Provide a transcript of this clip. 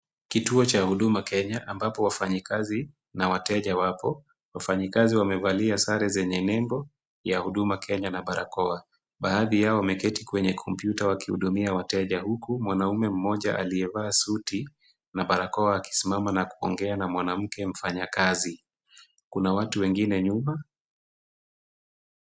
Kituo cha Huduma Kenya ambapo wafanyikazi na wateja wapo. Wafanyikazi wamevalia sare zenye nembo ya Huduma Kenya na barakoa. Baadhi yao wameketi kwenye kompyuta wakihudumia wateja huku mwanaume mmoja aliyevaa suti na barakoa akisimama na kuongea na mwanamke mfanyakazi. Kuna watu wengine nyuma.